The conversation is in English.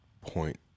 point